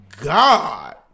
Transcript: God